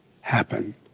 happen